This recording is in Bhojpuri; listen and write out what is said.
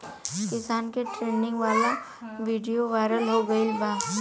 किसान के ट्रेनिंग वाला विडीओ वायरल हो गईल बा